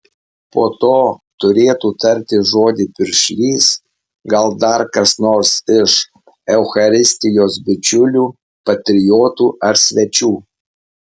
po to turėtų tarti žodį piršlys gal dar kas nors iš eucharistijos bičiulių patriotų ar svečių